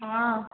ହଁ